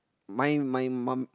my my mum